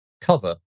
cover